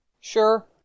Sure